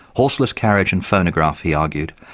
horseless carriage and phonograph, he argued,